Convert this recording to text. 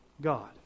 God